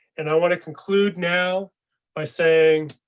and i want to conclude now by saying.